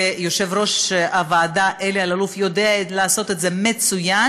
ויושב-ראש הוועדה אלי אלאלוף יודע לעשות את זה מצוין,